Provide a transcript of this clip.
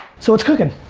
so, what's cooking?